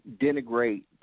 denigrate